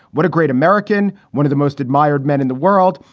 what a great american. one of the most admired men in the world.